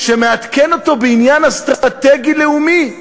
שמעדכן אותו בעניין אסטרטגי לאומי,